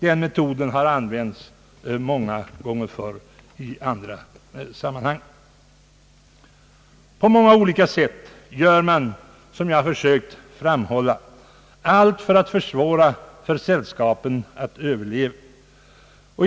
Den metoden har använts många gånger förr i andra sammanhang. På många olika sätt gör man, som jag försökt framhålla, allt för att försvåra för sällskapen att överleva.